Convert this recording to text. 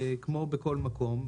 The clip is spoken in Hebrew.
כמו בכל מקום,